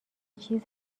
چیز